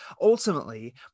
ultimately